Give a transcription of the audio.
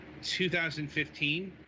2015